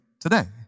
today